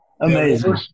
Amazing